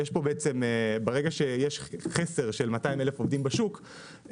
ברגע שיש חסר של 200 אלף עובדים בשוק,